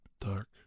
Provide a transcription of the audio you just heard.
dark